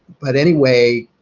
but anyway,